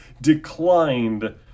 declined